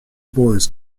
boys